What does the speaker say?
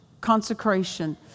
consecration